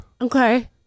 Okay